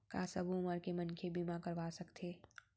का सब उमर के मनखे बीमा करवा सकथे?